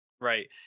Right